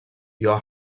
your